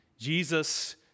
Jesus